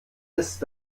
ist